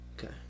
Okay